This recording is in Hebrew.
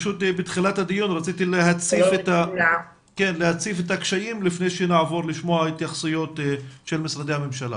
רציתי להציף את הקשיים לפני שנעבור לשמוע התייחסויות של משרדי הממשלה